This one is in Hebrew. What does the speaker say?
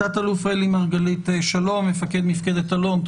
תת אלוף רלי מרגלית, מפקדת אלון, שלום.